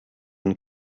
and